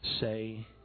Say